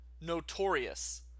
notorious